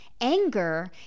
Anger